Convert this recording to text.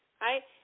right